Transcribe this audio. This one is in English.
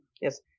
yes